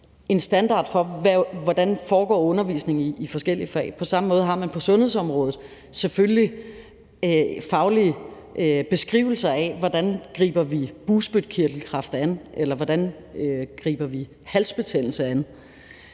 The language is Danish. en standard for, hvordan undervisningen foregår i forskellige fag. På samme måde har man på sundhedsområdet selvfølgelig faglige beskrivelser af, hvordan vi griber bugspytkirtelkræft an, eller hvordan vi griber halsbetændelse an.